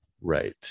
Right